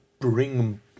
bring